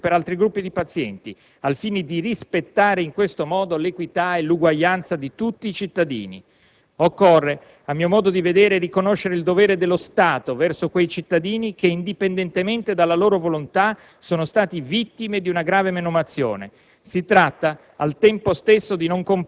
come è già stato fatto per esempio per altri gruppi di pazienti, al fine di rispettare in tal modo l'equità e l'uguaglianza di tutti i cittadini. Occorre, a mio modo di vedere, riconoscere il dovere dello Stato verso quei cittadini che, indipendentemente dalla loro volontà, sono vittime di una grave menomazione. Si tratta,